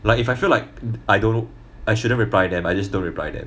like if I feel like I don't know I shouldn't reply them I just don't reply them